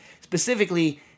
Specifically